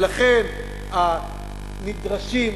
ולכן הנדרשים,